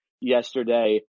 yesterday